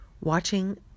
watching